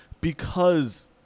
because-